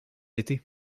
été